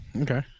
okay